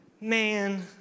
man